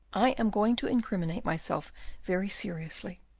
i am going to incriminate myself very seriously.